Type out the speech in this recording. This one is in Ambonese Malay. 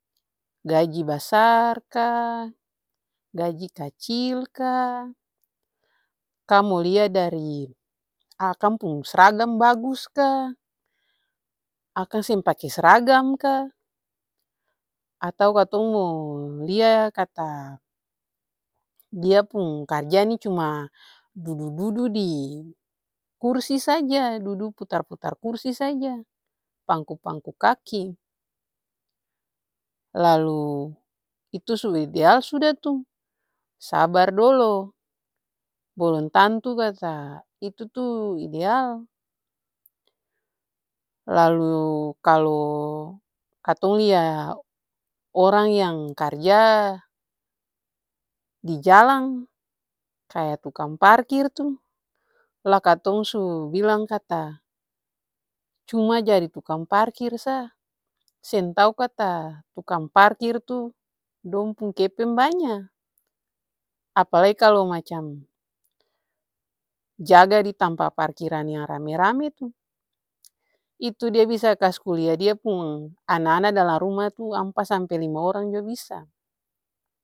Gaji basar ka, gaji kacil ka, ka mo lia dari akang pung sragam bagus ka, akang seng pake sragam ka, atau katong mo lia kata dia pung karja nih cuma dudu-dudu di kursi saja dudu putar-putar kursi saja, pangko-pangko kaki. Lalu itu su ideal suda tuh, sabar dolo balom tantu kata itu tuh ideal. Lalu katong lia orang yang karja dijalang kaya tukang parkir tuh, lah katong su bilang kata cuma jadi tukang parkir sa, seng tau kata tukang parkir tuh dong pung kepeng banya. Apalai kalo macam jaga ditampa parkiran yang rame-rame tuh. Itu dia bisa kasi kulia dia pung ana-ana dalam rumah tuh ampa sampe lima orang jua bisa.